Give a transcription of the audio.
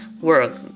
work